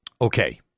okay